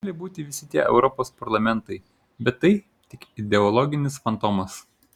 gali būti visi tie europos parlamentai bet tai tik ideologinis fantomas